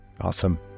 Awesome